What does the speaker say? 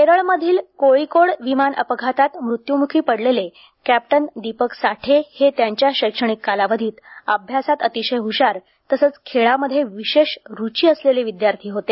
केरळमधील कोळीकोड विमान अपघातात मृत्युमुखी पडलेले कॅप्टन दिपक साठे हे त्याच्या शैक्षणिक कालावधीत अभ्यासात अतिशय हुशार तसंच खेळामध्ये विशेष रूची असलेले विद्यार्थी होते